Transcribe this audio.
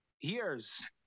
years